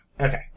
Okay